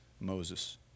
Moses